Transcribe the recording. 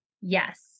Yes